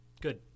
Good